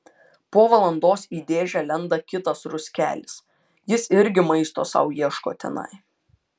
po valandos į dėžę lenda kitas ruskelis jis irgi maisto sau ieško tenai